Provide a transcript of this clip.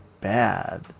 bad